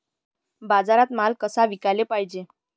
बाजारात माल कसा विकाले पायजे?